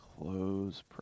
close